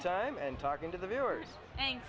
time and talking to the viewers and